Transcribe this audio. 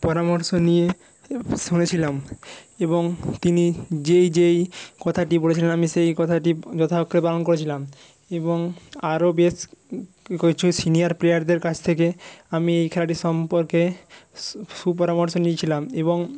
পরামর্শ নিয়ে শুনেছিলাম এবং তিনি যেই যেই কথাটি বলেছিলেন আমি সেই কথাটি যথা অক্ষরে পালন করেছিলাম এবং আরও বেশ কোছু সিনিয়র প্লেয়ারদের কাছ থেকে আমি এই খেলাটি সম্পর্কে সু সুপরামর্শ নিয়েছিলাম এবং